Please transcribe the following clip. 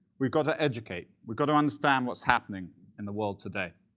we've got to educate. we've got to understand what's happening in the world today.